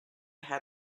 had